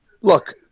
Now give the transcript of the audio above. Look